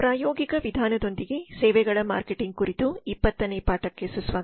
ಪ್ರಾಯೋಗಿಕ ವಿಧಾನದೊಂದಿಗೆ ಸೇವೆಗಳ ಮಾರ್ಕೆಟಿಂಗ್ ಕುರಿತು 20 ನೇ ಪಾಠಕ್ಕೆ ಸುಸ್ವಾಗತ